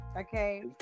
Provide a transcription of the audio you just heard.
okay